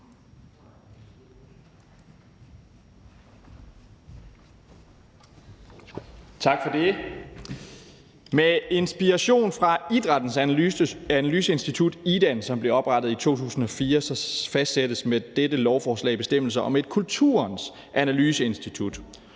Med inspiration fra Idrættens Analyseinstitut, Idan, som blev oprettet i 2004, fastsættes med dette lovforslag bestemmelse om et Kulturens Analyseinstitut.